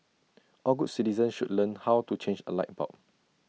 all good citizens should learn how to change A light bulb